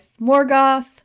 Morgoth